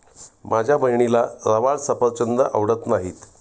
माझ्या बहिणीला रवाळ सफरचंद आवडत नाहीत